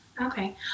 Okay